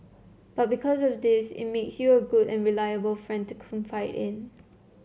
but because of this it makes you a good and reliable friend to confide in